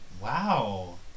Wow